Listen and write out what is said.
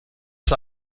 ist